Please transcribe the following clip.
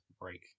break